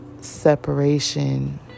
separation